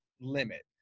limit